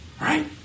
Right